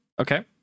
Okay